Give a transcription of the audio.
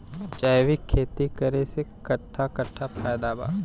जैविक खेती करे से कट्ठा कट्ठा फायदा बा?